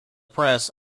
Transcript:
press